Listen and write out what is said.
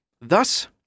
Thus